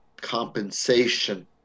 compensation